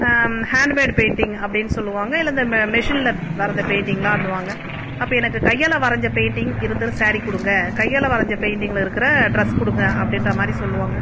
handmade painting அப்படினு சொல்லுவாங்கள் இல்லை இந்த மெ மெஷின்னில் வரைஞ்ச பெயிண்ட்டிங்லான்னு வாங்க அப்போ எனக்கு கையால் வரைஞ்ச பெயிண்ட்டிங் இருந்துற ஸேரீ கொடுங்க கையால் வரைஞ்ச பெயிண்ட்டிங்கில் இருக்குற ட்ரெஸ் கொடுங்க அப்படின்ற மாதிரி சொல்லுவாங்கள்